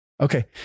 Okay